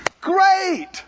great